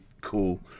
cool